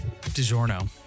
DiGiorno